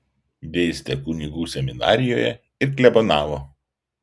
dėstė kunigų seminarijoje ir klebonavo